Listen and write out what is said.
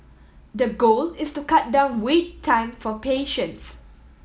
the goal is to cut down wait time for patients